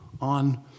on